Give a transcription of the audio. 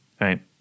right